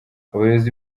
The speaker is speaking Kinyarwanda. abayobozi